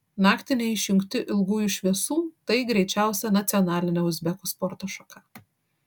naktį neišjungti ilgųjų šviesų tai greičiausia nacionalinė uzbekų sporto šaka